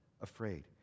afraid